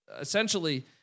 Essentially